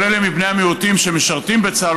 כל אלה מבני המיעוטים שמשרתים בצה"ל